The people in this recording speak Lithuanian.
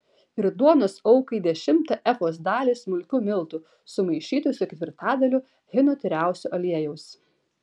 ir duonos aukai dešimtą efos dalį smulkių miltų sumaišytų su ketvirtadaliu hino tyriausio aliejaus